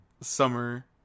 summer